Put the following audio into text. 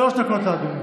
שלוש דקות לאדוני.